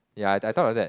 ya I I though of that